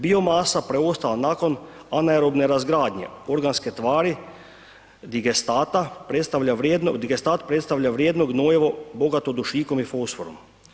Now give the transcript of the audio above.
Biomasa preostala nakon anaerobne razgradnje organske tvari, Digestat predstavlja vrijedno gnojivo bogato duškom i fosforom.